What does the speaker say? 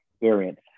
Variant